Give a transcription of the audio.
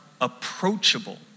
approachable